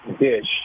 dish